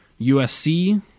USC